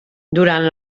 durant